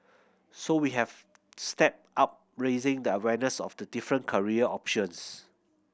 so we have stepped up raising the awareness of the different career options